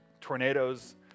tornadoes